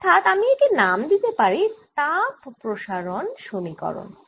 অর্থাৎ আমি একে নাম দিতে পারি তাপ প্রসারন সমীকরণ